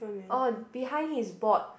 oh behind his board